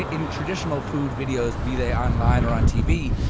in traditional food videos, be they online or on tv.